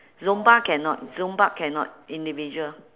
zumba cannot zumba cannot individual